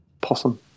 possum